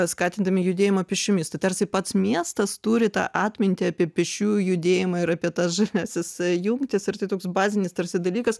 skatindami judėjimą pėsčiomis tai tarsi pats miestas turi tą atmintį apie pėsčiųjų judėjimą ir apie tas žaliąsias jungtis ir tai toks bazinis tarsi dalykas